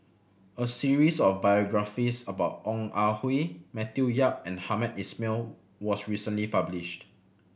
a series of biographies about Ong Ah Hoi Matthew Yap and Hamed Ismail was recently published